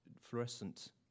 fluorescent